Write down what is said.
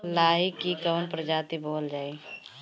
लाही की कवन प्रजाति बोअल जाई?